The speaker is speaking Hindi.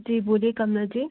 जी बोलिए कमला जी